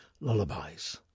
Lullabies